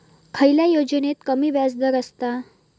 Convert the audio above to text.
खयल्या योजनेत कमी व्याजदर असता?